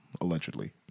allegedly